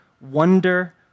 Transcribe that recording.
wonder